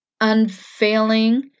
unfailing